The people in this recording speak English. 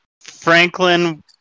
Franklin